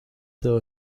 till